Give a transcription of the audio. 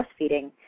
breastfeeding